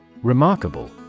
Remarkable